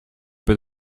peut